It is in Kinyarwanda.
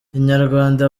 inyarwanda